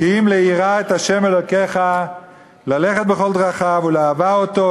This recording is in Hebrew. "כי אם ליראה את ה' אלוקיך ללכת בכל דרכיו ולאהבה אֹתו,